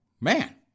man